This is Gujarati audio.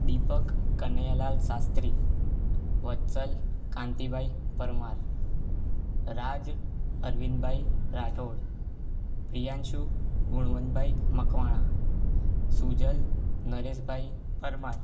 દીપક કનૈયાલાલ શાસ્ત્રી વત્સલ કાન્તીભાઈ પરમાર રાજ અરવિંદભાઈ રાઠોડ પ્રિયાંશુ ગુણવંતભાઈ મકવાણા સુજલ નરેશભાઈ પરમાર